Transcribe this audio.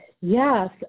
Yes